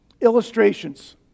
illustrations